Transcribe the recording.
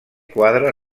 quadre